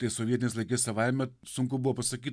tais sovietiniais laikais savaime sunku buvo pasakyt